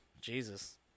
Jesus